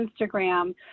Instagram